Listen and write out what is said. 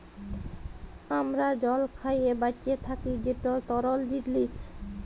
আমরা জল খাঁইয়ে বাঁইচে থ্যাকি যেট তরল জিলিস